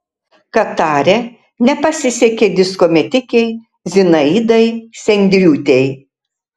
katare nepasisekė disko metikei zinaidai sendriūtei